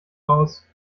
aus